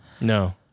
No